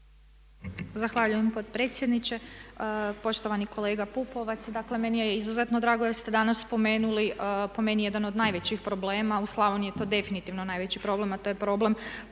Zahvaljujem potpredsjedniče. Poštovani kolega Pupovac, dakle meni je izuzetno drago jer ste danas spomenuli po meni jedan od najvećih problema, u Slavoniji je to definitivno najveći problem, a to je problem